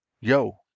Yo